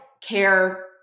care